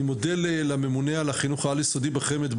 אני מודה לממונה על החינוך העל יסודי בחמ"ד,